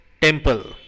Temple